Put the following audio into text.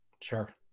Sure